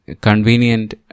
convenient